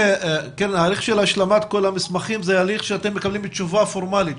הליך השלמת כל המסמכים זה הליך שאתם מקבלים תשובה פורמלית,